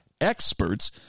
experts